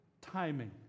timing